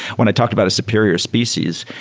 when i talked about superior species,